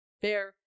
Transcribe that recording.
fair